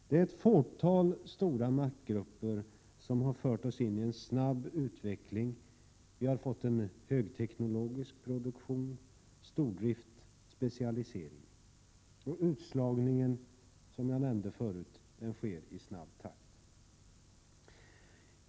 Det är ett fåtal stora maktgrupper som fört oss in i en snabb utveckling. Vi har fått en högteknologisk produktion, stordrift, specialisering. Och utslagningen sker, som jag förut nämnde, i snabb takt.